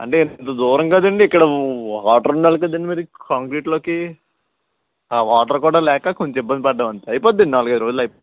అంటే ఇంత దూరం కదండీ ఇక్కడ వాటర్ ఉండాలి కదండి మరి కాంక్రీట్లోకి వాటర్ కూడా లేక కొంచెం ఇబ్బంది పడ్డామండి అయిపోతుందండి నాలుగైదు రోజులలో అయిపోతుంది